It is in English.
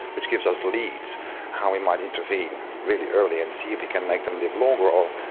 which gives us leads how we might intervene really early and see if we can make them live longer or,